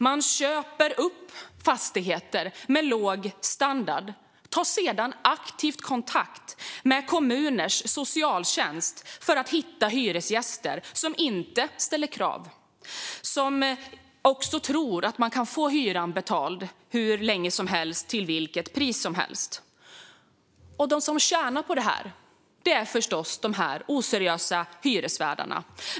Man köper upp fastigheter med låg standard och tar sedan aktivt kontakt med kommuners socialtjänst för att hitta hyresgäster som inte ställer krav och som också tror att man kan få hyran betald hur länge som helst till vilket pris som helst. De som tjänar på detta är förstås de oseriösa hyresvärdarna.